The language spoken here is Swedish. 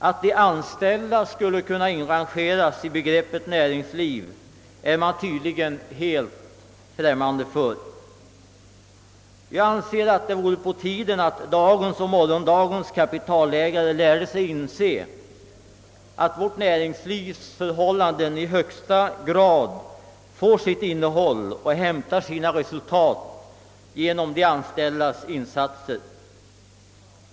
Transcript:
Att de anställda skulle kunna inrangeras i begreppet näringsliv är man tydligen helt främmande för. Jag anser det vara på tiden att dagens och morgondagens kapitalägare lärde sig inse att vårt näringslivs förhållanden i högsta grad får sitt innehåll från och hämtar sina resultat genom de anställdas insatser.